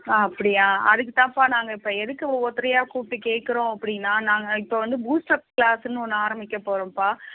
ஆ அப்படியா அதுக்குத்தான்ப்பா நாங்கள் இப்போ எதுக்கு ஒவ்வொருத்தரயா கூப்பிட்டு கேட்குறோம் அப்படின்னா நாங்கள் இப்போ வந்து பூஸ்ட்டப் க்ளாஸ்ஸுன்னு ஒன்று ஆரமிக்கப் போறோம்ப்பா